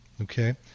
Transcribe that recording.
okay